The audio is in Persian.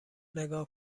نگاه